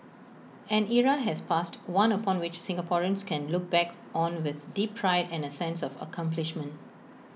an era has passed one upon which Singaporeans can look back on with deep pride and A sense of accomplishment